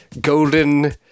golden